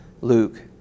Luke